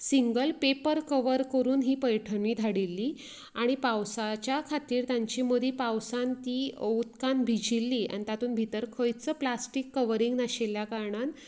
single paper cover करून ती पैठणी धाडिल्ली आनी पावसाच्या खातीर तेंची मदी पावसान ती उदकान भिजिल्ली आनी तातूंत भितर खंयच प्लास्टिक कवर बी नाशिल्ल्या कारणान